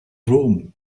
rome